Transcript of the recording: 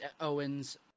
Owens